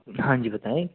हाँ जी बताएँ किस